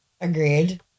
Agreed